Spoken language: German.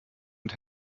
und